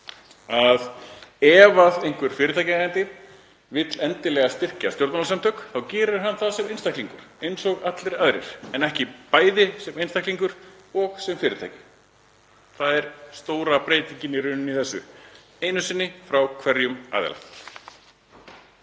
ef einhver fyrirtækjaeigandi vill endilega styrkja stjórnmálasamtök þá gerir hann það sem einstaklingur eins og allir aðrir, en ekki bæði sem einstaklingur og sem fyrirtæki. Það er í rauninni stóra breytingin í þessu, einu sinni frá hverjum aðila.